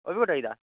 ओह् बी कटोई गेदा